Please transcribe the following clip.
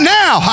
now